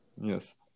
yes